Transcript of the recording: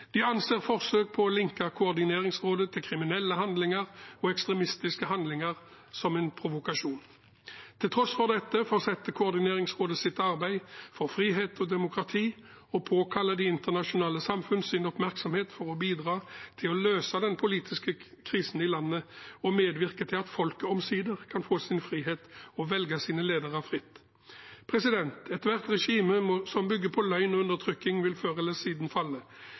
De anser forsøk på å linke koordineringsrådet til kriminelle handlinger og ekstremistiske handlinger som en provokasjon. Til tross for dette fortsetter koordineringsrådet sitt arbeid for frihet og demokrati og påkaller det internasjonale samfunnets oppmerksomhet for å bidra til å løse den politiske krisen i landet og medvirke til at folket omsider kan få sin frihet og velge sine ledere fritt. Ethvert regime som bygger på løgn og undertrykking, vil før eller siden falle.